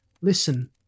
listen